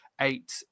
eight